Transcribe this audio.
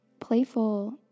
playful